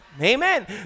Amen